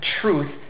truth